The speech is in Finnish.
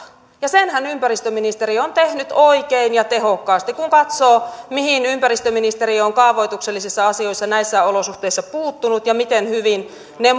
ja senhän ympäristöministeriö on tehnyt oikein ja tehokkaasti kun katsoo mihin ympäristöministeriö on kaavoituksellisissa asioissa näissä olosuhteissa puuttunut ja miten hyvin ne